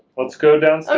let's go down so